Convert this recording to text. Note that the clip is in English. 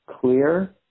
clear